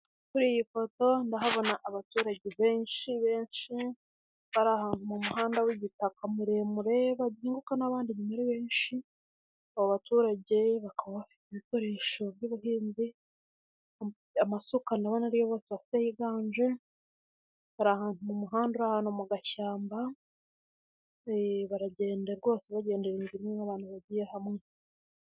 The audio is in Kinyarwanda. Abaturage benshi bafite amasuka bari kugenda mu muhanda w'igitaka muremure wegeranye n'ishyamba .